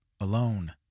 alone